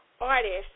artists